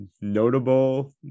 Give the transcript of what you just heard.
notable